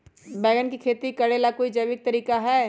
बैंगन के खेती भी करे ला का कोई जैविक तरीका है?